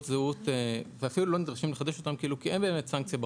זהות ואפילו לא נדרשים לחדש אותן כי בחוק אין סנקציה.